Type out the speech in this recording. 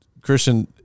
Christian